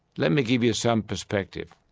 let me give you some perspective.